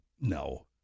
no